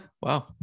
Wow